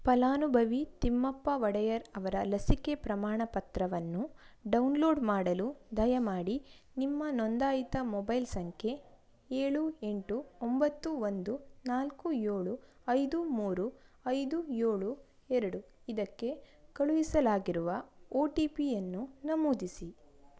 ಫಲಾನುಭವಿ ತಿಮ್ಮಪ್ಪ ಒಡೆಯರ್ ಅವರ ಲಸಿಕೆ ಪ್ರಮಾಣಪತ್ರವನ್ನು ಡೌನ್ಲೋಡ್ ಮಾಡಲು ದಯಮಾಡಿ ನಿಮ್ಮ ನೋಂದಾಯಿತ ಮೊಬೈಲ್ ಸಂಖ್ಯೆ ಏಳು ಎಂಟು ಒಂಬತ್ತು ಒಂದು ನಾಲ್ಕು ಏಳು ಐದು ಮೂರು ಐದು ಏಳು ಎರಡು ಇದಕ್ಕೆ ಕಳುಹಿಸಲಾಗಿರುವ ಒ ಟಿ ಪಿಯನ್ನು ನಮೂದಿಸಿ